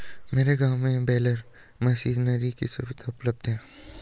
मेरे गांव में बेलर मशीनरी की सुविधा उपलब्ध है